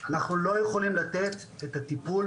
אנחנו לא יכולים לתת את הטיפול